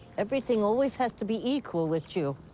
everything always has to be equal with you.